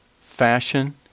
fashion